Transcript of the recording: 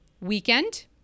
weekend